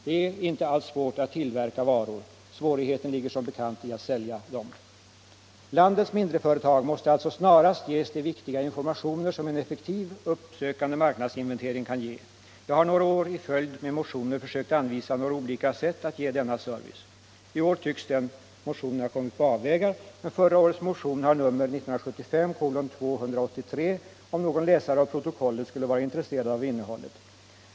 Det är inte alls svårt att tillverka varor. Svårigheten ligger som bekant i att sälja dem. Landets mindreföretagare måste alltså snarast ges de viktiga informationer som en effektiv uppsökande marknadsinventering kan lämna. Jag har några år i följd med motioner försökt anvisa olika sätt att ge denna service. I år tycks motionen ha kommit på avvägar, men jag vill nämna att förra årets motion har nummer 1975:283, om någon läsare av protokollet skulle vara intresserad av innehållet.